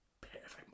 perfect